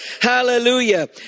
Hallelujah